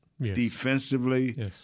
Defensively